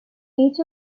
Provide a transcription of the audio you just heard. each